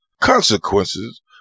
consequences